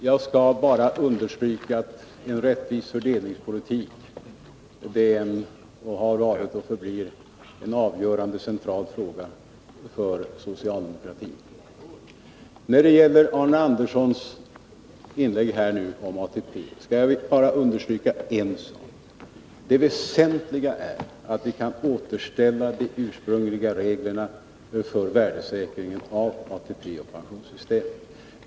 Herr talman! Låt mig understryka att en rättvis fördelningspolitik är, har varit och kommer att förbli en avgörande och central fråga för socialdemokratin. Beträffande Arne Andersson i Gustafs i inlägg i vad gäller ATP vill jag understryka en enda sak. Det väsentliga är att vi kan återställa de ursprungliga reglerna för pensionernas värdesäkring.